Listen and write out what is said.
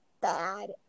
bad